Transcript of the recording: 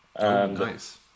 Nice